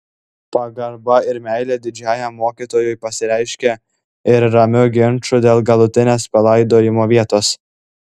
pagarba ir meilė didžiajam mokytojui pasireiškė ir ramiu ginču dėl galutinės palaidojimo vietos